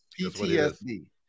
PTSD